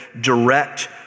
direct